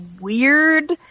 weird